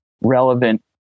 relevant